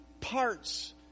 parts